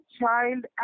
child